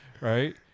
right